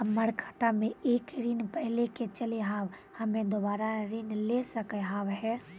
हमर खाता मे एक ऋण पहले के चले हाव हम्मे दोबारा ऋण ले सके हाव हे?